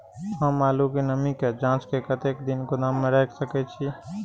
हम आलू के नमी के जाँच के कतेक दिन गोदाम में रख सके छीए?